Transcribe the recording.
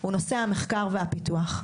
הוא נושא המחקר והפיתוח.